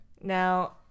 Now